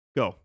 go